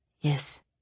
Yes